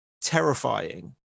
terrifying